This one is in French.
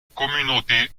communauté